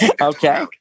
okay